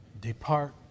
Depart